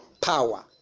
power